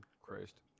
Christ